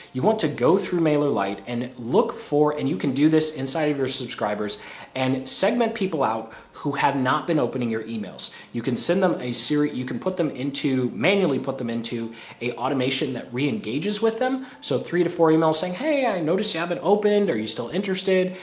you want to go through mailer light and look for and you can do this inside of your subscribers and segment people out who have not been opening your emails. you can send them a series, you can put them into manually put them into a automation that reengages with them. so three to four emails saying hey, i noticed you haven't opened. are you still interested?